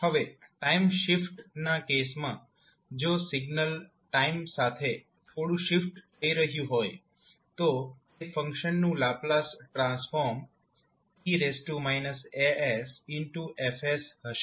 હવે time shift ના કેસમાં જો સિગ્નલ ટાઇમ સાથે થોડુ શિફ્ટ થઇ રહ્યુ હોય તો તે ફંક્શન નું લાપ્લાસ ટ્રાન્સફોર્મ 𝑒−𝑎𝑠𝐹𝑠 હશે